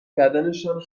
بدنشان